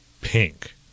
pink